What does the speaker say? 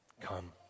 Come